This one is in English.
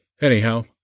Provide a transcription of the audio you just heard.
Anyhow